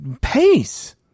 Pace